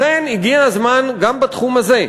לכן הגיע הזמן גם בתחום הזה,